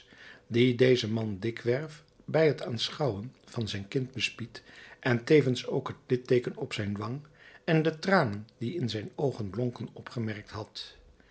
die dezen man dikwerf bij t aanschouwen van zijn kind bespied en tevens ook het litteeken op zijn wang en de tranen die in zijn oogen blonken opgemerkt had